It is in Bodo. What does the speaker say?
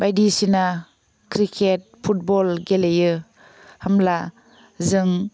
बायदिसिना क्रिकेट फुटबल गेलेयो होमब्ला जों